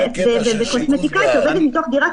וברור לכולנו שקוסמטיקאית שעובדת מדירת